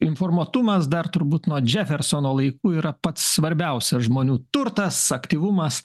informuotumas dar turbūt nuo džefersono laikų yra pats svarbiausias žmonių turtas aktyvumas